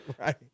Right